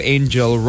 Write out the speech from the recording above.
Angel